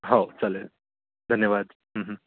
हो चालेल धन्यवाद हं हं